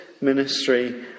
ministry